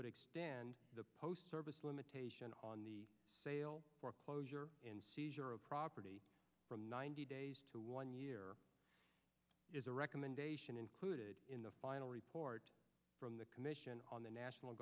would extend the post service limitation on the sale foreclosure in seizure of property from ninety days to one year is a recommendation included in the final report from the commission on the national